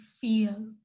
feel